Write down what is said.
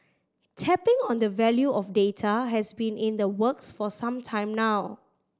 tapping on the value of data has been in the works for some time now